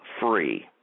free